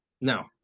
No